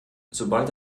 sobald